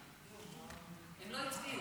--- כתוב בתקנון.